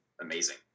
amazing